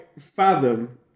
fathom